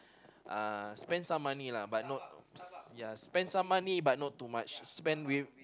uh spend some money lah but not ya spend some money but not too much spend with